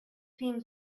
seemed